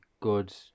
good